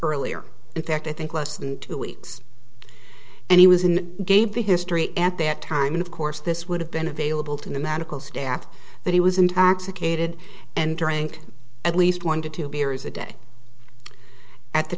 earlier in fact i think less than two weeks and he was in the game for history at that time and of course this would have been available to the medical staff that he was intoxicated and drank at least one to two beers a day at the